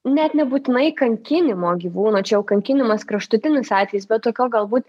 net nebūtinai kankinimo gyvūnų čia jau kankinimas kraštutinis atvejis bet tokio galbūt